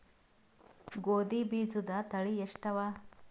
ಗೋಧಿ ಬೀಜುದ ತಳಿ ಎಷ್ಟವ?